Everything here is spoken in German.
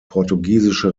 portugiesische